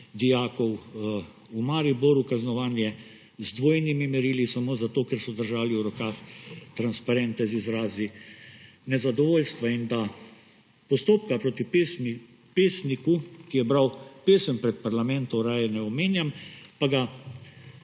dijakov v Mariboru, kaznovanje z dvojnimi merili samo zato, ker so držali v rokah transparente z izrazi nezadovoljstva. In da postopka proti pesniku, ki je bral pesem pred parlamentom, raje ne omenjam, pa ga